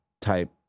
type